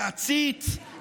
להצית,